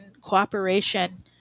cooperation